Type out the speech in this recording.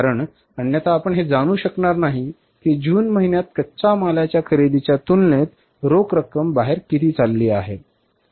कारण अन्यथा आपण हे जाणू शकणार नाही की जून महिन्यात कच्च्या मालाच्या खरेदीच्या तुलनेत रोख रक्कम बाहेर चालली आहे